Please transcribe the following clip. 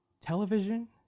television